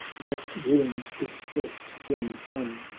that warms this breast, yon sun,